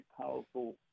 powerful